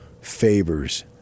Favors